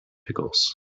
pickles